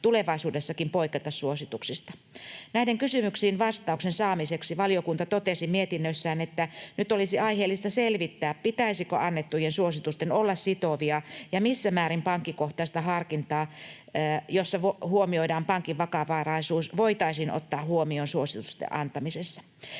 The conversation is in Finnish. tulevaisuudessa poiketa suosituksista. Näihin kysymyksiin vastauksen saamiseksi valiokunta totesi mietinnössään, että nyt olisi aiheellista selvittää, pitäisikö annettujen suositusten olla sitovia ja missä määrin pankkikohtaista harkintaa, jossa huomioidaan pankin vakavaraisuus, voitaisiin ottaa huomioon suositusten antamisessa.